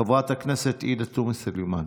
לחברת הכנסת עאידה תומא סלימאן.